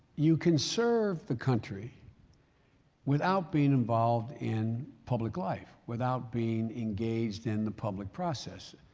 you can serve the country without being involved in public life, without being engaged in the public process.